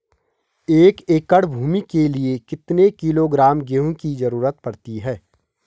एक एकड़ भूमि के लिए कितने किलोग्राम गेहूँ की जरूरत पड़ती है?